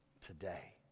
today